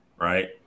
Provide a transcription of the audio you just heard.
Right